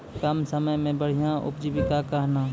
कम समय मे बढ़िया उपजीविका कहना?